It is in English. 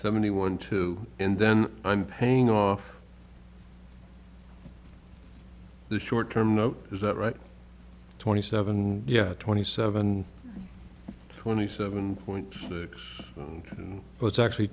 seventy one two and then i'm paying off the short term note is that right twenty seven yeah twenty seven twenty seven point six and it's actually